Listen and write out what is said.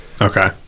Okay